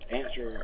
answer